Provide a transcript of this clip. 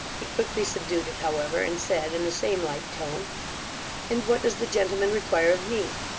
he quickly subdued it, however, and said in the same light tone and what does the gentleman require of me?